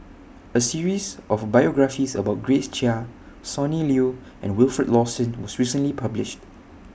A series of biographies about Grace Chia Sonny Liew and Wilfed Lawson was recently published